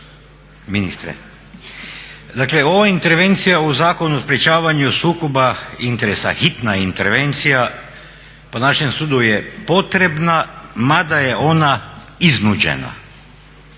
ministre. Dakle, ova intervencija u Zakon o sprečavanju sukoba interesa, hitna intervencija, po našem sudu je potrebna mada je ona iznuđena.